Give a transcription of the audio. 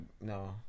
no